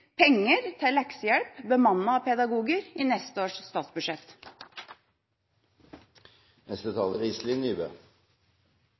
penger til leksehjelp bemannet av pedagoger, i neste års statsbudsjett.